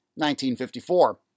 1954